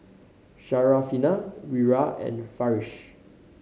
Syarafina Wira and Farish